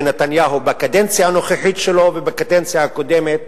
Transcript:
נתניהו בקדנציה הנוכחית שלו ובקדנציה הקודמת